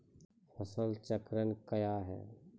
फसल चक्रण कया हैं?